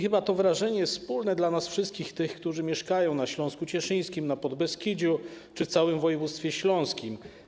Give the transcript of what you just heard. Chyba to wrażenie jest wspólne dla wszystkich tych, którzy mieszkają na Śląsku Cieszyńskim, Podbeskidziu czy w całym województwie śląskim.